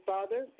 Father